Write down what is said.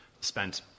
spent